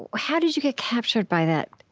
how did you get captured by that,